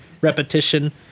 repetition